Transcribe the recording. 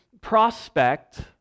prospect